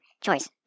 Choice